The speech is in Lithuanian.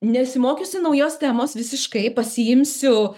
nesimokiusi naujos temos visiškai pasiimsiu